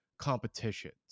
Competitions